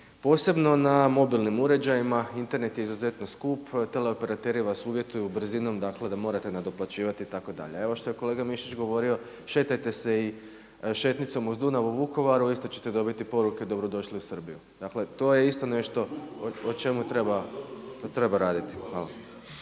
posebno na mobilnim uređajima Internet je izuzetno skup. Tele operateri vas uvjetuju brzinom, dakle da morate nadoplaćivati itd. Evo što je kolega Mišić govorio, šetajte se i šetnicom uz Dunav u Vukovaru isto ćete dobiti poruke dobro došli u Srbiju. Dakle, to je isto nešto o čemu treba raditi.